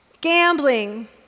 gambling